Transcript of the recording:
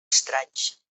estranys